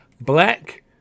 black